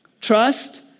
Trust